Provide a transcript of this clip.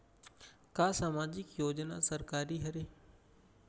का सामाजिक योजना सरकारी हरे?